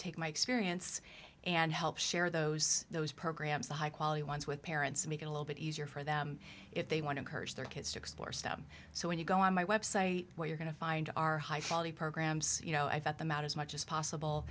take my experience and help share those those programs the high quality ones with parents make it a little bit easier for them if they want to encourage their kids to explore stem so when you go on my website what you're going to find are high quality programs you know about them out as much as possible